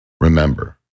remember